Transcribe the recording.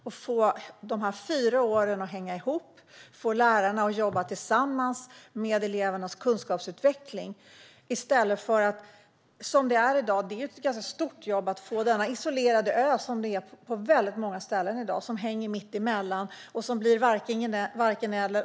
Vi kan få de fyra åren att hänga ihop och få lärarna att jobba tillsammans med elevernas kunskapsutveckling i stället för som det är i dag. Det är ett ganska stort jobb med de isolerade öar som många ställen är i dag och som hänger mitt emellan och blir varken eller.